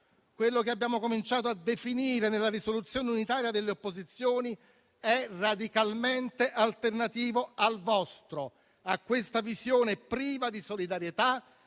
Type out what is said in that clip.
quello che abbiamo cominciato a definire nella risoluzione unitaria delle opposizioni - è radicalmente alternativo al vostro, a una visione priva di solidarietà,